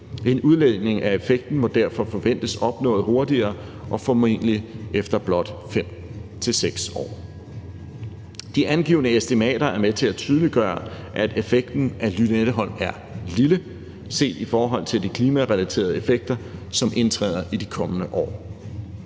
En udligning af effekten må derfor forventes opnået hurtigere og formentlig efter blot 5-6 år. De angivne estimater er med til at tydeliggøre, at effekten af Lynetteholm er lille, set i forhold til de klimarelaterede effekter som indtræder i de kommende år.